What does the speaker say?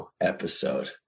episode